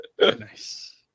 Nice